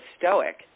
stoic